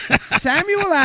Samuel